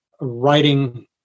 writing